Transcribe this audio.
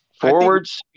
forwards